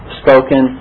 spoken